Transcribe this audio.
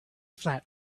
flat